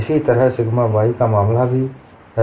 इसी तरह sigma y का मामला भी है